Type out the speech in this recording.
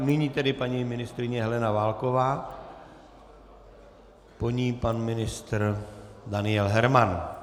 Nyní tedy paní ministryně Helena Válková, po ní pan ministr Daniel Herman.